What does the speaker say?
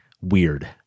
weird